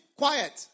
quiet